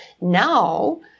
Now